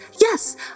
yes